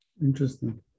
interesting